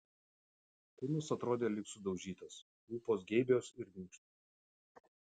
kūnas atrodė lyg sudaužytas lūpos geibios ir minkštos